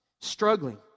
struggling